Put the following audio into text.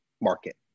market